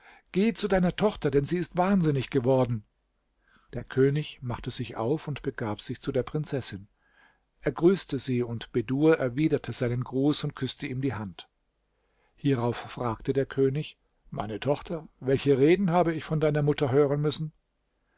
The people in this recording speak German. geh zu deiner tochter denn sie ist wahnsinnig geworden der könig machte sich auf und begab sich zu der prinzessin er grüßte sie und bedur erwiderte seinen gruß und küßte ihm die hand hierauf fragte der könig meine tochter welche reden habe ich von deiner mutter hören müssen